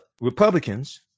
Republicans